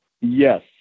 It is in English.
Yes